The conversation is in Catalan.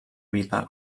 vila